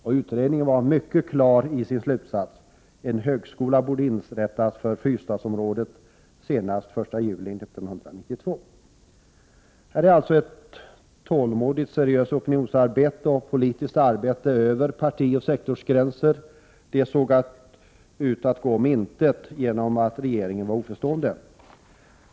Och utredningen var mycket klar i sin slutsats: en en högskola borde inrättas för Fyrstadsområdet senast den 1 juli 1992. Det var alltså ett tålmodigt, seriöst opinionsbildningsarbete och ett politiskt arbete över partioch sektorsgränser som såg ut att gå om intet genom att regeringen var oförstående.